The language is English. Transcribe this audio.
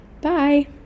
bye